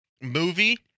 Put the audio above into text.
Movie